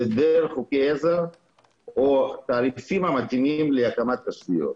היא היעדר חוקי עזר או הדברים המתאימים להקמת תשתיות.